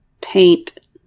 Paint